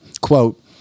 quote